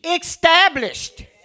established